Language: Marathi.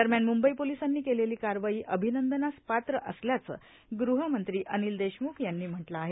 दरम्यान मुंबई पोलिसांनी केलेली कारवाई अभिनंदनास पात्र असल्याचं गृहमंत्री अनिल देशमुख यांनी म्हटलं आहे